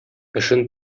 эшен